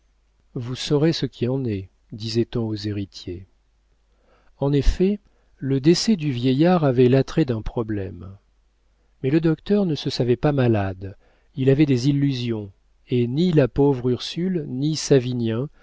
vous saurez ce qui en est disait-on aux héritiers en effet le décès du vieillard avait l'attrait d'un problème mais le docteur ne se savait pas malade il avait des illusions et ni la pauvre ursule ni savinien